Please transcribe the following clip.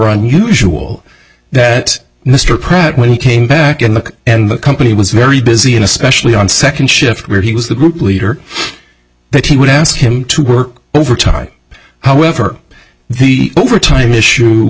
unusual that mr pratt when he came back and look at the company was very busy and especially on second shift where he was the group leader that he would ask him to work overtime however the overtime issue